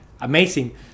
Amazing